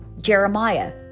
Jeremiah